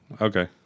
Okay